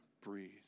breathe